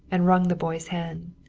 and wrung the boy's hand.